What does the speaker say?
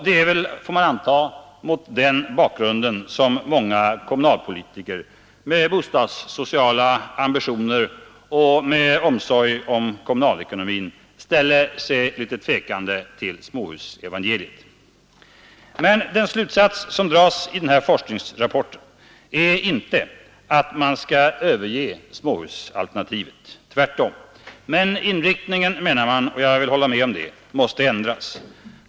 Det är förmodligen mot den bakgrunden många kommunalpolitiker med bostadssociala ambitioner och omsorg om kommunalekonomin ställer sig tvekande till småhusevangeliet. Den slutsats som dras i den här forskningsrapporten är fördenskull inte att småhusalternativet skall överges — tvärtom. Men man menar — och jag vill hålla med om det — att inriktningen måste ändras.